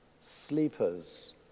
sleepers